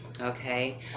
okay